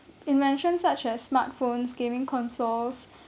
invention such as smartphones gaming consoles